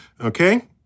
okay